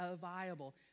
viable